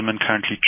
currently